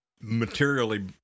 materially